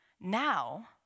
Now